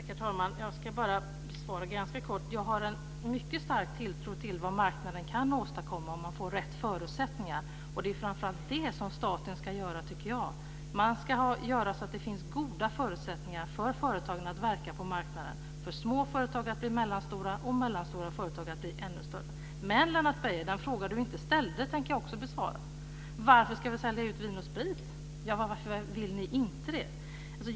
Herr talman! Jag ska svara ganska kort. Jag har en mycket stark tilltro till vad marknaden kan åstadkomma om den får rätt förutsättningar - och det är framför allt det som staten ska göra, tycker jag. Staten ska göra så att det finns goda förutsättningar för företagen att verka på marknaden, för små företag att bli mellanstora och för mellanstora företag att bli ännu större. Den fråga som du inte ställde, Lennart Beijer, tänker jag också besvara. Varför ska vi sälja ut Vin & Sprit? Ja, varför vill ni inte det?